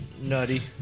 Nutty